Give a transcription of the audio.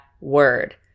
word